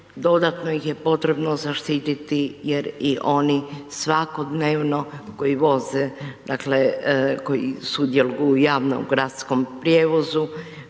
dodatno ih je potrebno zaštititi jer i oni svakodnevno koji voze dakle koji sudjeluju u javnom gradskom prijevozu